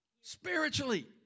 spiritually